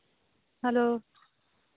hello